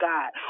God